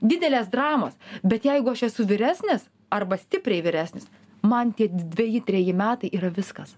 didelės dramos bet jeigu aš esu vyresnis arba stipriai vyresnis man tie dveji treji metai yra viskas